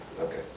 okay